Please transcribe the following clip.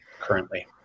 currently